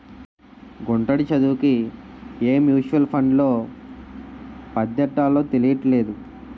గుంటడి చదువుకి ఏ మ్యూచువల్ ఫండ్లో పద్దెట్టాలో తెలీట్లేదు